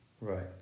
Right